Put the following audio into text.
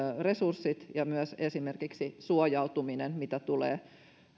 resurssit ja myös esimerkiksi suojautuminen mitä tulee